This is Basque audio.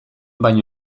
baino